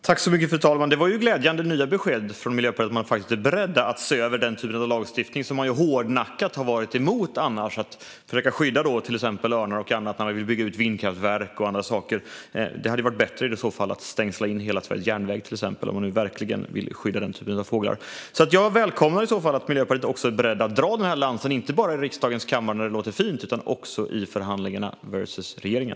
Fru talman! Det var glädjande nya besked från Miljöpartiet att man är beredd att se över den typ av lagstiftning som man hårdnackat har varit emot annars. Man har försökt skydda till exempel örnar när vi har velat bygga ut vindkraftverk och annat. I så fall hade det varit bättre att till exempel stängsla in hela Sveriges järnväg, om man nu verkligen vill skydda den typen av fåglar. Jag välkomnar att Miljöpartiet är berett att dra denna lans inte bara i riksdagens kammare där det låter fint utan också i förhandlingarna versus regeringen.